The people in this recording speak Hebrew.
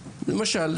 למשל,